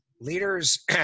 Leaders